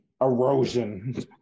Erosion